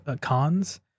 cons